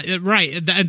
right